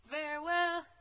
farewell